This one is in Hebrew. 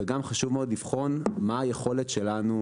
גם חשוב מאוד לבחון מה היכולת שלנו